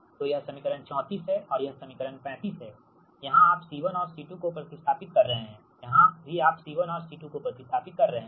तो यह समीकरण 34 है और यह समीकरण 35 है यहां आप C1 और C2 को प्रति स्थापित कर रहे है यहाँ भी आप C1 और C2 को प्रति स्थापित कर रहे हैं